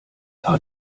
fahr